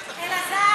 אלעזר,